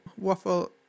waffle